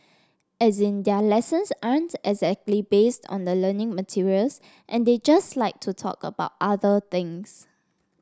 as in their lessons aren't exactly based on the learning materials and they just like to talk about other things